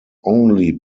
only